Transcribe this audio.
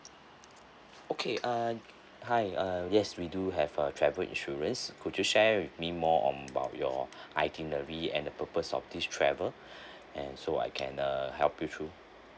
okay uh hi uh yes we do have a travel insurance could you share with me more on about your itinerary and the purpose of this travel and so I can err help you through